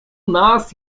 нас